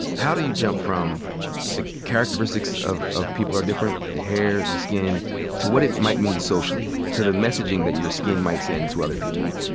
how do you jump from the characteristics of of people are different, the hair, the skin to what it might mean socially, to the messaging that your skin might send to other popular,